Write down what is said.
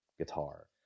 Guitar